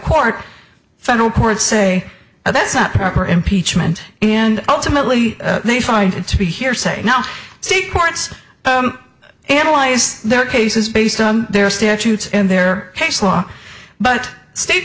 court federal courts say that's not proper impeachment and ultimately they find it to be hearsay now see courts analyze their cases based on their statutes in their case law but state